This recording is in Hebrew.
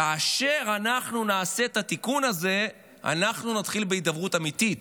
כאשר אנחנו נעשה את התיקון הזה אנחנו נתחיל בהידברות אמיתית,